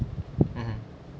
mmhmm